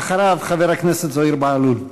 אחריו, חבר הכנסת זוהיר בהלול.